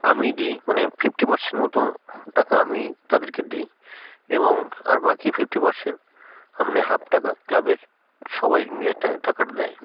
আমি দিই মানে ফিফটি পারসেন্ট মতো টাকা আমি তাদেরকে দিই এবং আর বাকি ফিফটি পারসেন্ট হা মানে হাফ টাকা ক্লাবের সবাই মিলে টাকা দেয়